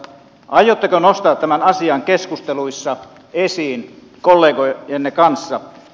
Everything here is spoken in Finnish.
aiotteko nostaa tämän asian keskusteluissa esiin kollegoidenne kanssa